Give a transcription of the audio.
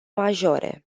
majore